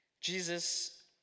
Jesus